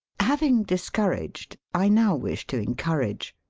having discouraged, i now wish to encourage.